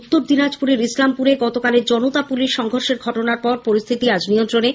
উত্তর দিনাজপুরের ইসলামপুরে গতকালের জনতা পুলিশ সংঘর্ষের ঘটনার পর পরিস্থিতি আজ নিয়ন্ত্রণে